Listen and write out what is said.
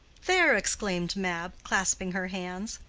there! exclaimed mab, clasping her hands.